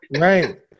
Right